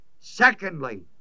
Secondly